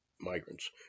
migrants